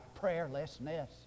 prayerlessness